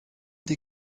die